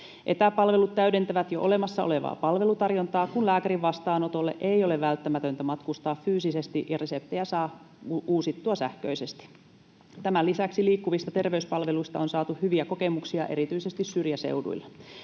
Etäpalvelut täydentävät jo olemassa olevaa palvelutarjontaa, kun lääkärin vastaanotolle ei ole välttämätöntä matkustaa fyysisesti ja reseptejä saa uusittua sähköisesti. Tämän lisäksi liikkuvista terveyspalveluista on saatu hyviä kokemuksia erityisesti syrjäseuduilla.